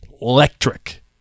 electric